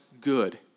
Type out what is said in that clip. good